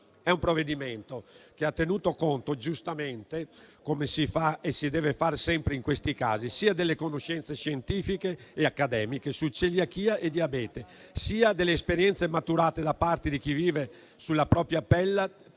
un provvedimento che ha tenuto conto, giustamente, come si fa e come si deve fare sempre in questi casi, sia delle conoscenze scientifiche e accademiche su celiachia e diabete sia delle esperienze maturate da parte di chi vive sulla propria pelle